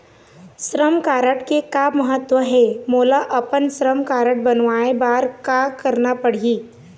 श्रम कारड के का महत्व हे, मोला अपन श्रम कारड बनवाए बार का करना पढ़ही?